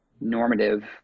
normative